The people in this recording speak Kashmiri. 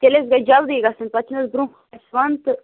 تیٚلہِ حظ گَژھِ جلدی گژھن پَتہٕ چھُ نہ حظ برونٛہہ کُن اسہ وندٕ تہٕ